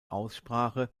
zusammen